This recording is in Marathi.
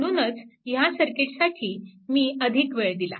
म्हणूनच ह्या सर्किटसाठी मी अधिक वेळ दिला